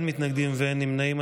אין מתנגדים ואין נמנעים.